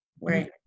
Right